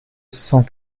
cent